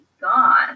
god